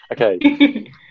Okay